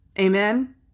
Amen